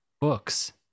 books